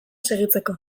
segitzeko